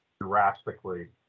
drastically